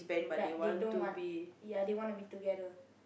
ya they don't want ya they wanna be together